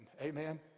Amen